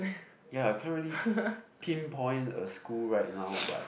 ya I can't really f~ pinpoint a school right now but